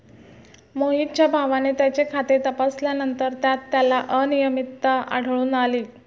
मोहितच्या भावाने त्याचे खाते तपासल्यानंतर त्यात त्याला अनियमितता आढळून आली